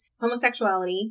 homosexuality